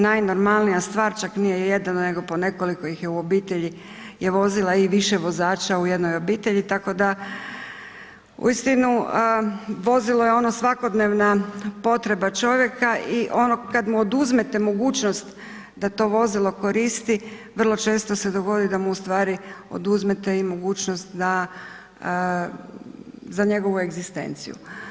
Najnormalnija stvar, čak nije jedan nego po nekoliko ih je u obitelji je vozila i više vozača u jednoj obitelji, tako da uistinu, vozilo je ono svakodnevna potreba čovjeka i ono kad mu oduzmete mogućnost da to vozilo koristi, vrlo često se dogodi da mu u stvari oduzmete i mogućnost da za njegovu egzistenciju.